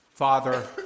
Father